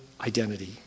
identity